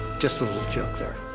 just a little joke there.